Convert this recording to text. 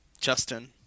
Justin